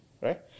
right